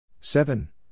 Seven